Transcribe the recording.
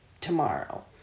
tomorrow